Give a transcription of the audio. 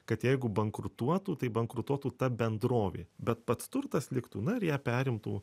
kad jeigu bankrutuotų tai bankrutuotų ta bendrovė bet pats turtas liktų na ir ją perimtų